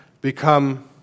become